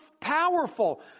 powerful